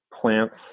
plants